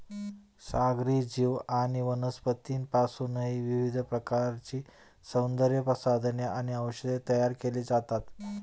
सागरी जीव आणि वनस्पतींपासूनही विविध प्रकारची सौंदर्यप्रसाधने आणि औषधे तयार केली जातात